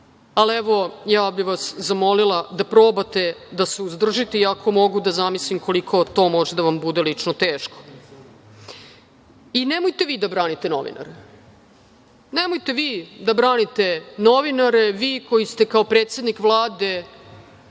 Ali, evo, ja bih vas zamolila da probate da se uzdržite, iako mogu da zamislim koliko to može da vam bude lično teško. Nemojte vi da branite novinare. Nemojte vi da branite novinare, vi koji ste kao predsednik Vlade